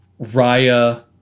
Raya